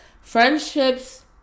friendships